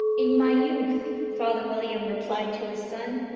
in my youth father william replied to his son,